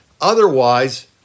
Otherwise